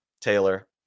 taylor